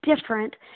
different